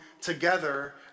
together